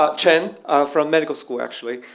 ah chan from medical school, actually.